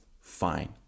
Fine